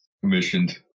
commissioned